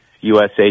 USA